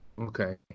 Okay